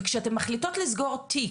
וכשאתן מחליטות לסגור תיק,